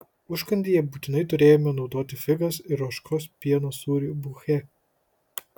užkandyje būtinai turėjome naudoti figas ir ožkos pieno sūrį buche